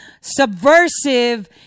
subversive